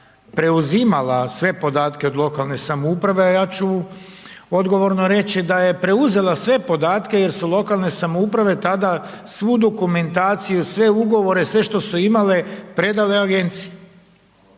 preuzimala sve podatke od lokalne samouprave, a ja ću odgovorno reći da je preuzela sve podatke jer su lokalne samouprave tada svu dokumentaciju, sve ugovore, sve što su imale predale agenciji